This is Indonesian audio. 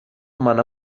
mana